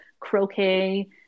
croquet